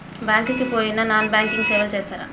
Bank కి పోయిన non banking సేవలు చేస్తరా?